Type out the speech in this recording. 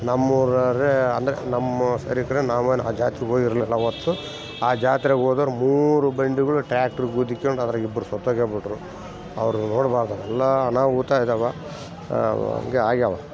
ನಮ್ಮೂರವ್ರೇ ಅಂದರೆ ನಮ್ಮ ಸರೀಕರೆ ನಾವೇನು ಆ ಜಾತ್ರೆಗೆ ಹೋಗಿರಲಿಲ್ಲ ಅವತ್ತು ಆ ಜಾತ್ರೆಗೆ ಹೋದೋರ್ ಮೂರು ಬಂಡಿಗಳು ಟ್ರ್ಯಾಕ್ಟ್ರ್ ಗುದ್ದಿಕೊಂಡ್ ಅದ್ರಾಗ ಇಬ್ಬರು ಸತ್ತೋಗೆ ಬಿಟ್ಟರು ಅವ್ರುನ್ನ ನೋಡಬಾರ್ದು ಎಲ್ಲ ಅನಾಹುತ ಇದಾವ ಹಂಗೇ ಆಗ್ಯಾವ